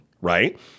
right